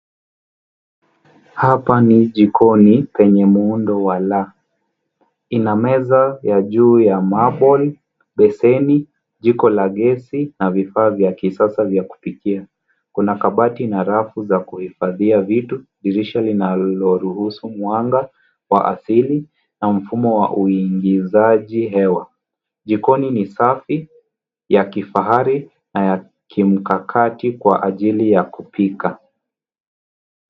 Hapa ni jikoni penye muundo wa laa. Ina meza ya juu ya marble , beseni, jiko la gesi na vifaa vya kisasa vya kupikia. Kuna kabati na rafu za kuhifadhia vitu, dirisha linaloruhusu mwanga wa asili na mfumo wa uingizaji hewa. Jikoni ni safi, ya kifahari na ya kimkakati kwa ajili ya kupika.